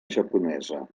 japonesa